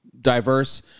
diverse